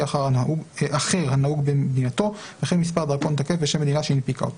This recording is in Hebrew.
"מנהל מחלקת חקירות"- מנהל מחלקת חקירות,